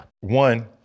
one